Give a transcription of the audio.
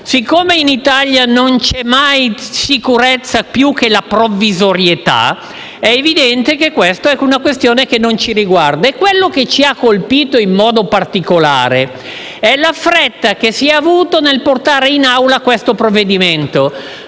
Siccome in Italia non c'è niente di più sicuro di ciò che è provvisorio, evidentemente questa è una questione che non ci riguarda e quello che ci ha colpito in modo particolare è la fretta che si è avuta nel portare in Assemblea questo provvedimento.